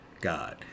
God